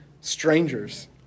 strangers